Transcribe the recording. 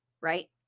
right